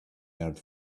heard